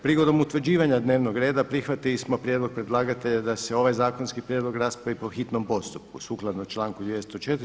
Prigodom utvrđivanja dnevnog reda prihvatili smo prijedlog predlagatelja da se ovaj zakonski prijedlog raspravi po hitnom postupku sukladno članku 204.